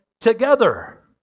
Together